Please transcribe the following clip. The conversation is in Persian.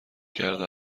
کرده